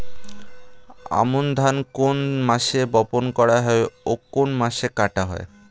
আমন ধান কোন মাসে বপন করা হয় ও কোন মাসে কাটা হয়?